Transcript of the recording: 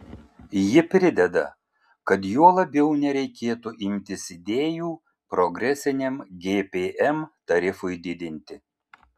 ji prideda kad juo labiau nereikėtų imtis idėjų progresiniam gpm tarifui didinti